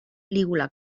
lígula